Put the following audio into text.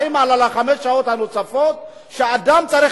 האם על חמש השעות הנוספות שאדם צריך